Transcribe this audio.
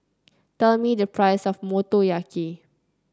tell me the price of Motoyaki